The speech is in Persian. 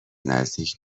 نزدیک